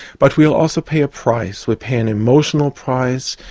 but we'll also pay a price. we'll pay an emotional price,